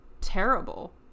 terrible